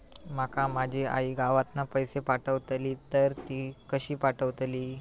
माका माझी आई गावातना पैसे पाठवतीला तर ती कशी पाठवतली?